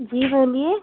جی بولیے